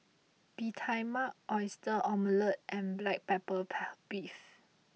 Bee Tai Mak Oyster Omelette and Black Pepper Beef